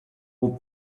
all